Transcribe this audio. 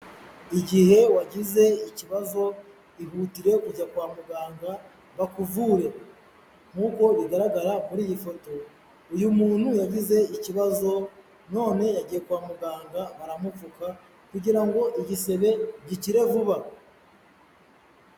Igihe wagize ikibazo ihutire kujya kwa muganga bakuvure. Nkuko bigaragara kuri iyi foto, uyu muntu yagize ikibazo, none yagiye kwa muganga baramupfuka, kugira ngo igisebe gikire vuba.